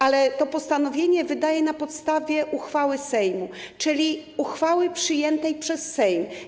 Ale to postanowienie wydaje na podstawie uchwały Sejmu, uchwały przyjętej przez Sejm.